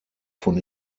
von